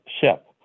ship